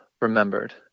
remembered